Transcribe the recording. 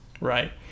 right